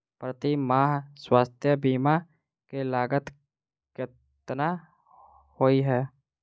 प्रति माह स्वास्थ्य बीमा केँ लागत केतना होइ है?